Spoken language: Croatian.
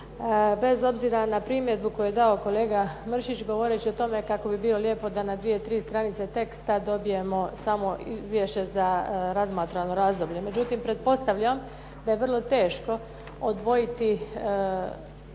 Bez obzira na primjedbu koju je dao kolega Mršić, govoreći o tome kako bi bilo lijepo da na dvije, tri stranice teksta dobijemo samo izvješće za razmatrano razdoblje. Međutim, pretpostavljam da je vrlo teško odvojiti